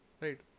right